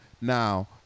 Now